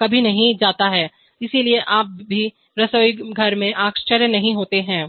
कभी नहीं जाता है इसलिए आप कभी रसोईघर में आश्चर्य नहीं होते हैं